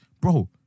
bro